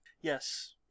Yes